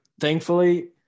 thankfully